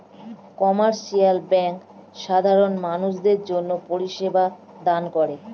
commercial bank সাধারণ মানুষদের জন্যে পরিষেবা দান করে